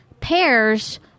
Pears